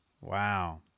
Wow